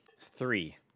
Three